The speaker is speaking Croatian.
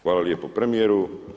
Hvala lijepo premijeru.